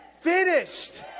finished